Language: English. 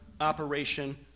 Operation